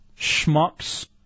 schmucks